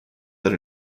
that